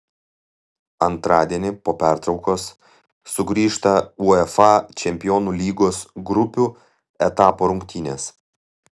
antradienį po pertraukos sugrįžta uefa čempionų lygos grupių etapo rungtynės